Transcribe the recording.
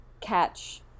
catch